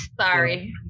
Sorry